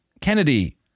Kennedy